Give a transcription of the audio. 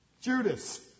Judas